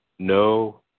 No